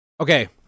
Okay